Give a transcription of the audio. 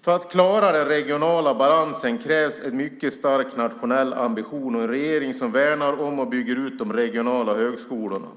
För att klara den regionala balansen krävs en mycket stark nationell ambition och en regering som värnar om och bygger ut de regionala högskolorna,